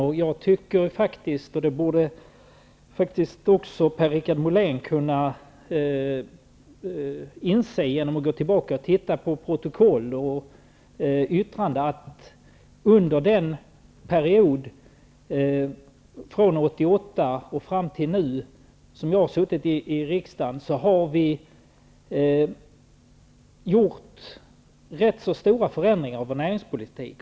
Men jag tycker faktiskt -- och det borde också Per Richard Molén kunna inse om han går tillbaka och tittar på protokoll och yttranden -- att under den period från 1988 och fram till nu som jag har suttit i riksdagen har vi gjort rätt stora förändringar i vår näringspolitik.